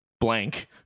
Blank